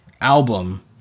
album